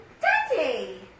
Daddy